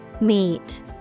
Meet